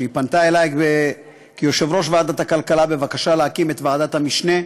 כשהיא פנתה אלי כיושב-ראש ועדת הכלכלה בבקשה להקים את ועדת המשנה,